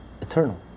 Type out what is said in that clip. eternal